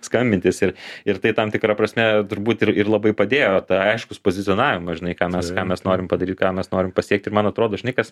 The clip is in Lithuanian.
skambintis ir ir tai tam tikra prasme turbūt ir ir labai padėjo aiškus pozicionavimas žinai ką mes ką mes norim padaryt ką mes norim pasiekt ir man atrodo žinai kas